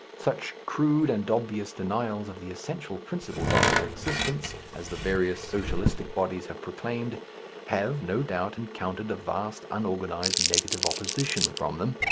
such crude and obvious denials of the essential principles of their existence as the various socialistic bodies have proclaimed have, no doubt, encountered a vast, unorganized, negative opposition from them,